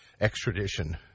extradition